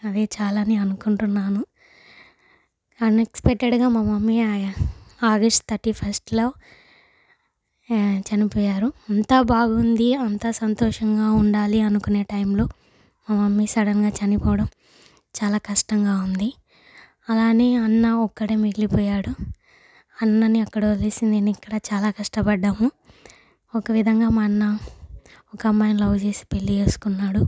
అదే చాలని అనుకుంటున్నాను అన్ఎక్స్పెక్టెడ్గా మా మమ్మీ ఆగస్ట్ థర్టీ ఫస్ట్లో చనిపోయారు అంతా బాగుంది అంతా సంతోషంగా ఉండాలి అనుకునే టైంలో మా మమ్మీ సడన్గా చనిపోవడం చాలా కష్టంగా ఉంది అలానే అన్న ఒక్కడే మిగిలిపోయాడు అన్నని అక్కడ వదిలేసి నేను ఇక్కడ చాలా కష్టపడ్డాము ఒక విధంగా మా అన్న ఒక అమ్మాయిని లవ్ చేసి పెళ్లి చేసుకున్నాడు